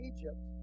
Egypt